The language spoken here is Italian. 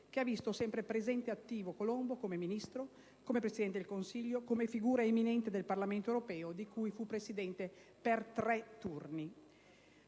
che ha visto sempre presente e attivo Colombo: come Ministro, come Presidente del Consiglio, come figura eminente del Parlamento europeo, di cui fu presidente per tre turni.